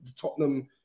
Tottenham